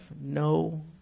no